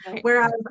Whereas